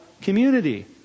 community